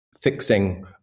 fixing